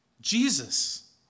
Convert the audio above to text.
Jesus